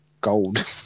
gold